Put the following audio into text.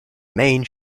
main